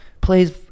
Plays